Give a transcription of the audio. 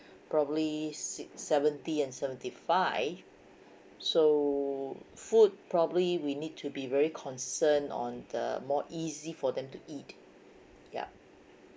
probably six seventy and seventy five so food probably we need to be very concern on the more easy for them to eat yup